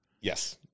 yes